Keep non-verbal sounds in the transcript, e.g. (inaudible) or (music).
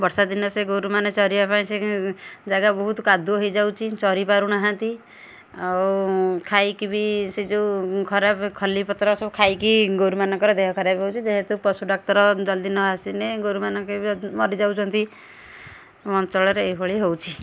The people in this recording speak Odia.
ବର୍ଷା ଦିନେ ସେ ଗୋରୁ ମାନେ ଚରିବା ପାଇଁ ସେ ଜଗା ବହୁତ କାଦୁଅ ହୋଇଯାଉଛି ଚରି ପାରୁନାହାଁନ୍ତି ଆଉ ଖାଇକି ବି ସେ ଯେଉଁ ଖରାପ ଖଲିପତ୍ର ସବୁ ଖାଇକି ଗୋରୁ ମାନଙ୍କର ଦେହ ଖରାପ ହେଉଛି ଯେହେତୁ ପଶୁ ଡ଼ାକ୍ତର ଜଲ୍ଦି ନ ଆସିନେ ଗୋରୁମାନଙ୍କ (unintelligible) ମରି ଯାଉଛନ୍ତି ଆମ ଅଞ୍ଚଳରେ ଏହି ଭଳି ହେଉଛି